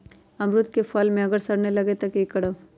अमरुद क फल म अगर सरने लगे तब की करब?